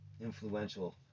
influential